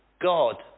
God